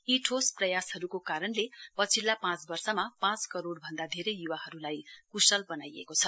यी ठोस प्रयासहरूको कारणले पछिल्लो पाँच वर्षमा पाँच करोड़ भन्दा धेरै युवाहरूलाई कुशल बनाइएको छ